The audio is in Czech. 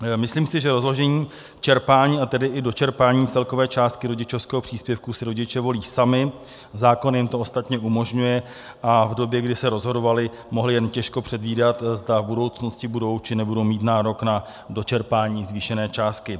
Myslím si, že rozložení čerpání, a tedy i dočerpání celkové částky rodičovského příspěvku si rodiče volí sami, zákon jim to ostatně umožňuje, a v době, kdy se rozhodovali, mohli jen těžko předvídat, zda v budoucnosti budou, či nebudou mít nárok na dočerpání zvýšené částky.